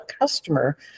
customer